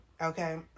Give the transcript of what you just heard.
Okay